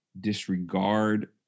disregard